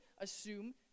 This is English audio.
assume